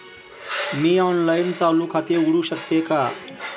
मी online चालू खाते उघडू शकते का?